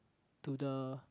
to the